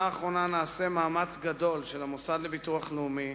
האחרונה נעשה מאמץ גדול של המוסד לביטוח לאומי,